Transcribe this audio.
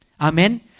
Amen